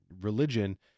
religion